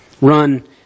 run